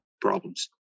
problems